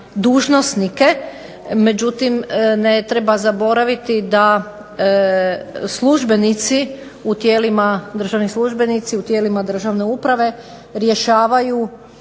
dužnosnike. Međutim, ne treba zaboraviti da službenici u tijelima, državni službenici u tijelima državne uprave rješavaju